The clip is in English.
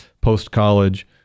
post-college